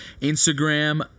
Instagram